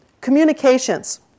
Communications